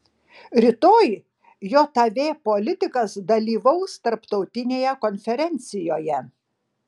rytoj jav politikas dalyvaus tarptautinėje konferencijoje